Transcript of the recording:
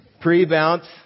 Pre-bounce